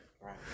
Right